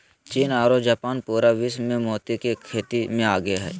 चीन आरो जापान पूरा विश्व मे मोती के खेती मे आगे हय